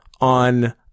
on